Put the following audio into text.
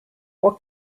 what